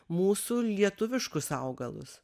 mūsų lietuviškus augalus